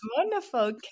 wonderful